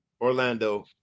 Orlando